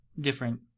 different